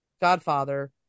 godfather